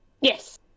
yes